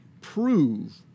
prove